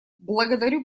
благодарю